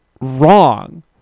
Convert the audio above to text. wrong